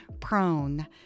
prone